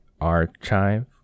archive